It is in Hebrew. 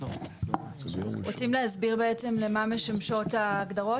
רוצים להסביר בעצם למה משמשות ההגדרות?